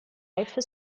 life